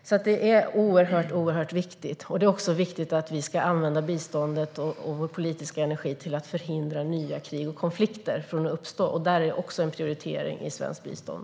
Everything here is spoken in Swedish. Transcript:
Detta är alltså oerhört viktigt, och det är viktigt att vi använder biståndet och vår politiska energi till att förhindra nya krig och konflikter från att uppstå. Det är också en prioritering i svenskt bistånd.